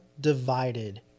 divided